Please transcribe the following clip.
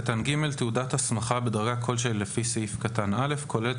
(ג)תעודת הסמכה בדרגה כלשהי לפי סעיף קטן (א) כוללת